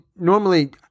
Normally